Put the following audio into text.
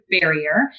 barrier